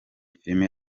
filime